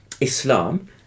islam